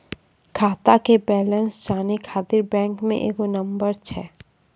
खाता के बैलेंस जानै ख़ातिर बैंक मे एगो नंबर छै?